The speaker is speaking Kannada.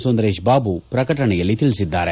ಸುಂದರೇಶ ಬಾಬು ಪ್ರಕಟಣೆಯಲ್ಲಿ ತಿಳಿಸಿದ್ದಾರೆ